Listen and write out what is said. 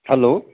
hello